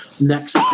next